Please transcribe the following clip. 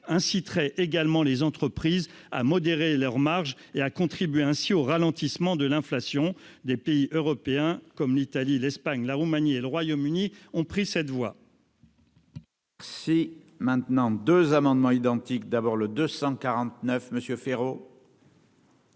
inciteraient également les entreprises à modérer leurs marges et à contribuer ainsi au ralentissement de l'inflation des pays européens comme l'Italie, l'Espagne, la Roumanie et le Royaume-Uni ont pris cette voie.